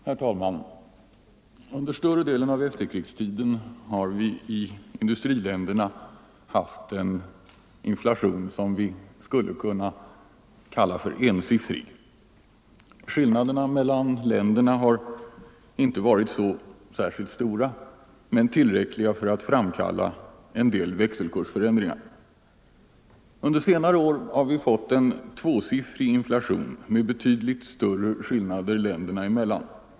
Herr talman! Under större delen av efterkrigstiden har vi i industriländerna haft en ensiffrig inflation. Skillnaderna mellan länderna har inte varit särskilt stora men tillräckliga för att framkalla en del växelkursförändringar. Under senare år har vi fått en tvåsiffrig inflation med betydligt större skillnader länderna emellan.